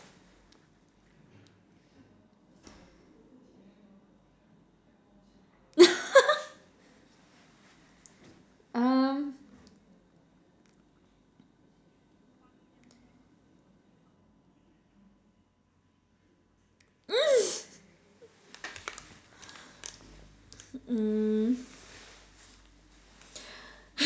um mm